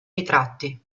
ritratti